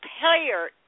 player